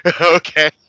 okay